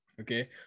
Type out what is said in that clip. okay